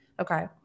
okay